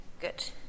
good